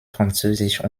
französisch